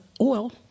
oil